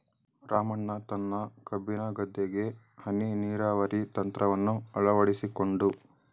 ರಾಮಣ್ಣ ತನ್ನ ಕಬ್ಬಿನ ಗದ್ದೆಗೆ ಹನಿ ನೀರಾವರಿ ತಂತ್ರವನ್ನು ಅಳವಡಿಸಿಕೊಂಡು